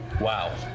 Wow